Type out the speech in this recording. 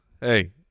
Hey